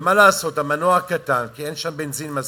ומה לעשות, המנוע קטן, כי אין שם בנזין מספיק,